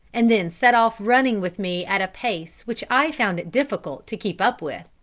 and then set off running with me at a pace which i found it difficult to keep up with.